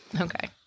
Okay